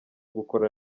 gukora